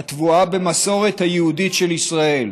הטבועה במסורת היהודית של ישראל,